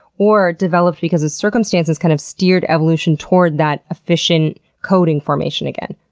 or developed because circumstances kind of steered evolution toward that efficient coding formation again?